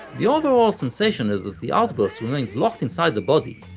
the overall sensation is that the outburst remains locked inside the body,